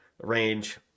range